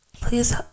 please